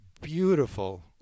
beautiful